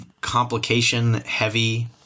complication-heavy